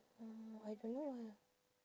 mm I don't know eh